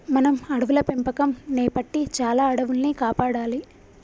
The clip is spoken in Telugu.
మనం అడవుల పెంపకం సేపట్టి చాలా అడవుల్ని కాపాడాలి